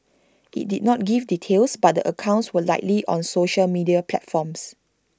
IT did not give details but the accounts were likely on social media platforms